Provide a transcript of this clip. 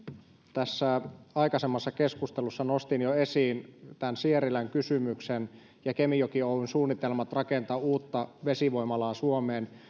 tässä aikaisemmassa keskustelussa nostin jo esiin tämän sierilän kysymyksen ja kemijoki oyn suunnitelmat rakentaa uutta vesivoimalaa suomeen